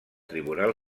tribunal